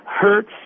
hurts